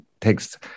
takes